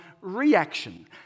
reaction